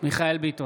מיכאל מרדכי ביטון,